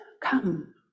come